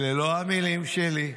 אלה לא המילים שלי,